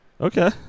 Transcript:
Okay